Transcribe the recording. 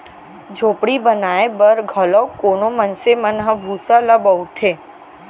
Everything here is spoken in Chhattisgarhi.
झोपड़ी बनाए बर घलौ कोनो मनसे मन ह भूसा ल बउरथे